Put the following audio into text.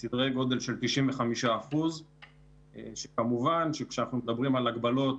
סדרי גודל של 95% שכמובן שכשאנחנו מדברים על הגבלות,